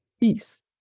peace